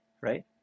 right